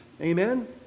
Amen